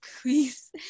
please